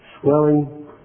swelling